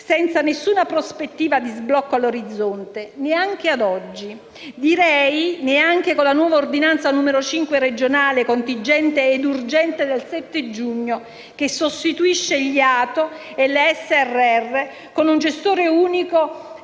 senza nessuna prospettiva di sblocco all'orizzonte, neanche ad oggi, direi neanche con la nuova ordinanza regionale contingente ed urgente n. 5 del 7 giugno, che sostituisce gli ATO e le società di